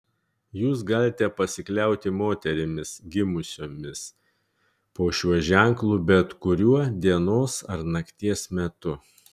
jūs galite pasikliauti moterimis gimusiomis po šiuo ženklu bet kuriuo dienos ar nakties metu